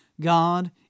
God